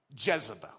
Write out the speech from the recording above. Jezebel